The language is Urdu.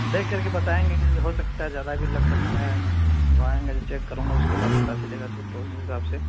دیکھ کر کے بتائیں گے ہو سکتا ہے زیادہ بھی لگ سکتا ہے تو آئیں گے تو چیک کروں گا اس کے بعد پتہ چلے گا تو اس حساب سے